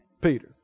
Peter